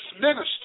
minister